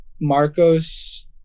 Marcos